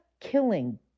killing